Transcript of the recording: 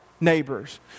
neighbors